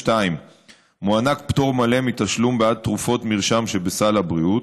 2. מוענק פטור מלא מתשלום בעד תרופות מרשם שבסל הבריאות,